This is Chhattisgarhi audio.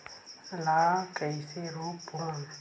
ला कइसे रोक बोन?